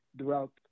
throughout